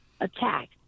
attack